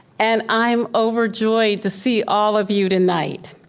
and i'm overjoyed to see all of you tonight.